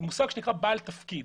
מושג שנקרא "בעל תפקיד"